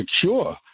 secure